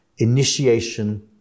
Initiation